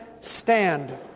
stand